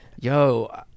yo